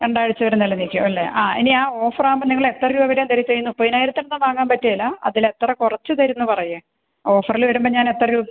രണ്ടാഴ്ച വരെ നിലനിൽക്കും അല്ലേ ആ എനി ആ ഓഫർ ആവുമ്പോൾ നിങ്ങൾ എത്ര രൂപ വരെ ഇത് ചെയ്യുമെന്ന് മുപ്പതിനായിരത്തിനൊന്നും വാങ്ങാൻ പറ്റുകേല അതിൽ എത്ര കൂറച്ച് തരുമെന്ന് പറയ് ഓഫറിൽ വരുമ്പോൾ ഞാൻ എത്ര രൂപ